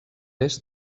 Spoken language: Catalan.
est